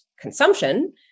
consumption